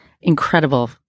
incredible